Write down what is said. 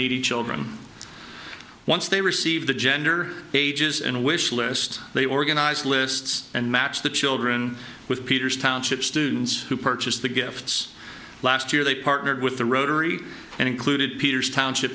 needy children once they receive the gender ages and wish list they organize lists and match the children with peters township students who purchased the gifts last year they partnered with the rotary and included peters township